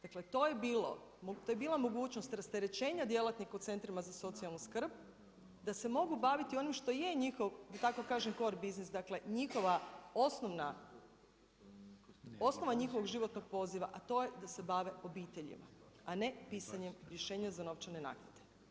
Dakle, to je bila mogućnost rasterećenja djelatnika u centrima za socijalnu skrb, da se mogu baviti oni, što je njihov da tako kažem core biznis, dakle, njihova osnovna, osnova njihovog životnog poziva a to je da se bave obiteljima, a ne pisanjem rješenja za novčane naknade.